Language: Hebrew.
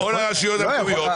או לרשויות המקומיות.